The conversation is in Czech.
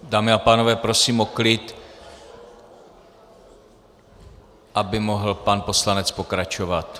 Dámy a pánové, prosím o klid, aby mohl pan poslanec pokračovat.